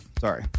Sorry